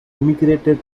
immigrated